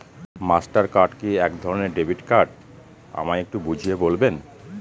Master card কি একধরণের debit card আমায় একটু বুঝিয়ে বলবেন?